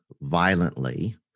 violently